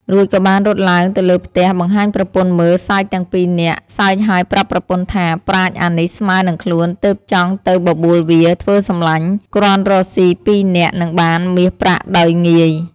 រួចក៏បានរត់ឡើងទៅលើផ្ទះបង្ហាញប្រពន្ធមើលសើចទាំងពីនាក់សើចហើយប្រាប់ប្រពន្ធថាប្រាជ្ញអានេះស្មើនឹងខ្លួនទើបចង់ទៅបបួលវាធ្វើសំឡាញ់គ្រាន់រកស៊ីពីរនាក់នឹងបានមាសប្រាក់ដោយងាយ។